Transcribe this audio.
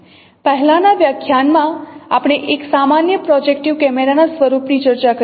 પહેલાનાં વ્યાખ્યાનમાં આપણે એક સામાન્ય પ્રોજેક્ટીવ કેમેરાના સ્વરૂપની ચર્ચા કરી